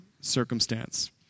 circumstance